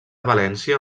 valència